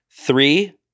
Three